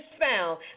found